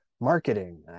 marketing